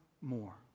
more